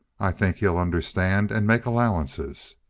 i think he'll understand and make allowances.